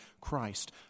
Christ